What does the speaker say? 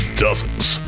dozens